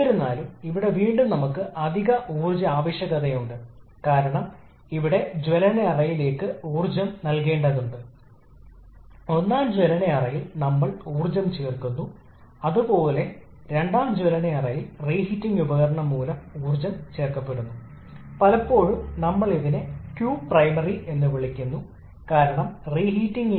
എന്നിരുന്നാലും work output ട്ട്പുട്ട് സൂക്ഷിക്കാനിടയില്ല തുടർച്ചയായി വർദ്ധിക്കുന്നതിനുപകരം മിനിമം നിശ്ചയിച്ചുകഴിഞ്ഞാൽ പരമാവധി സൈക്കിൾ താപനില ഒരു ഒപ്റ്റിമൽ പ്രഷർ റേഷ്യോ ഉണ്ട് അത് നമ്മൾ തിരിച്ചറിഞ്ഞു അവസാന ക്ലാസ്